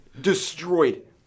destroyed